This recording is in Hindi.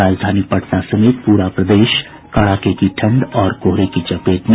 और राजधानी पटना समेत पूरा प्रदेश कड़ाके की ठंड और कोहरे की चपेट में